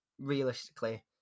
realistically